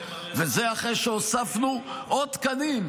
וזה אחרי שהוספנו עוד תקנים.